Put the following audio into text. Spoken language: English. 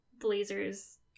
blazers